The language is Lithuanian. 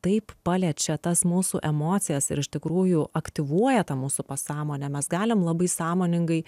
taip paliečia tas mūsų emocijas ir iš tikrųjų aktyvuoja tą mūsų pasąmonę mes galim labai sąmoningai